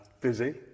busy